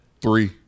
Three